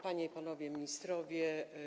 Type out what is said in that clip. Panie i Panowie Ministrowie!